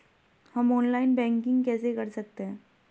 हम online banking कैसे कर सकते हैं?